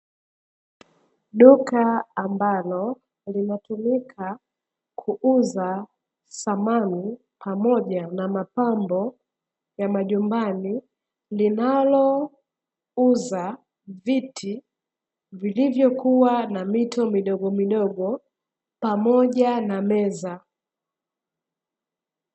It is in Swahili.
Duka ambalo linatumika kuuza samani pamoja na mapambo ya majumbani, linalouza viti vilivyokua na miti midogomidogo pamoja na meza.